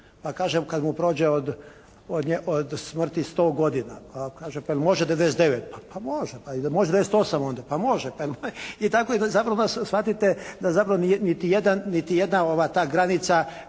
Pa kažem, kad mu prođe od smrti 100 godina. Pa kaže, je li može 99? Pa može. Pa je li može 98 onda? Pa može. I tako zapravo shvatite da zapravo niti jedna ova ta granica